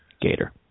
Gator